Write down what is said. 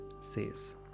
says